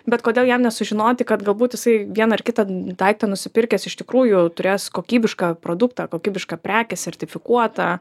bet kodėl jam nesužinoti kad galbūt jisai vieną ar kitą daiktą nusipirkęs iš tikrųjų turės kokybišką produktą kokybišką prekę sertifikuotą